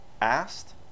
asked